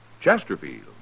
Chesterfield